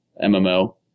MMO